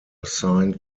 signed